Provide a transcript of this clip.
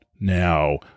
now